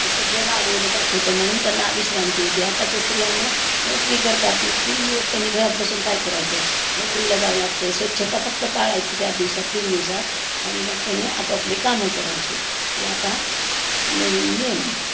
हे सगळं राबवलं जात होतं म्हणून त्यांना आ विश्रांती होती आताच्या स्त्रियांना नोकरी करतात मग तीन दिवस त्यांनी घरात बसून काय करायचं आहे नोकरीला जावं लागतं आहे स्वच्छता फक्त पाळायची त्या दिवसात तीन दिवसात आणि मग त्यानी आपापले कामं करायचे हे आता नवीन नियम आहेत